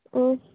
ఓ